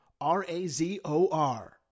R-A-Z-O-R